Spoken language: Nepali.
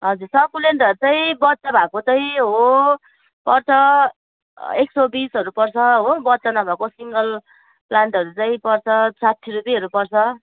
हजुर सकुलेन्टहरू चाहिँ बच्चा भएको चाहिँ हो पर्छ एक सौ बिसहरू पर्छ हो बच्चा नभएको सिङ्गल प्लान्टहरू चाहिँ पर्छ साठी रुपियाँहरू पर्छ